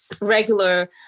regular